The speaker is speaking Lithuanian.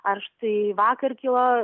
ar štai vakar kilo